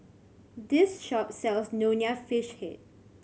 this shop sells Nonya Fish Head